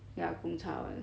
ya Gong Cha [one]